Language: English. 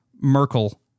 Merkel